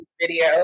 video